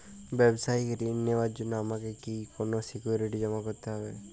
ব্যাবসায়িক ঋণ নেওয়ার জন্য আমাকে কি কোনো সিকিউরিটি জমা করতে হবে?